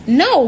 no